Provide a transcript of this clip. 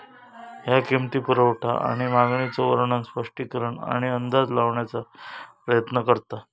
ह्या किंमती, पुरवठा आणि मागणीचो वर्णन, स्पष्टीकरण आणि अंदाज लावण्याचा प्रयत्न करता